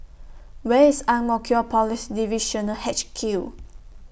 Where IS Ang Mo Kio Police Divisional H Q